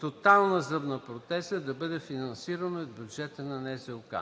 „тотална зъбна протеза“ да бъде финансирано от бюджета на НЗОК.